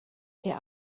der